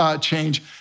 change